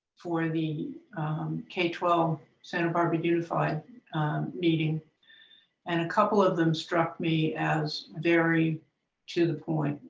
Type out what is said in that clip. for the k twelve santa barbara unified meeting and a couple of them struck me as very to the point.